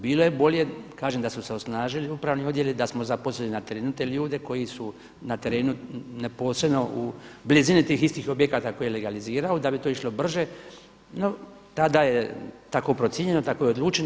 Bilo je bolje, kažem da su se osnažili upravni odjeli da smo zaposlili na terenu te ljude koji su na terenu neposredno u blizini tih istih objekata koje je realizirao da bi to išlo brže, no tada je tako procijenjeno tako odlučeno.